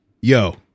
Yo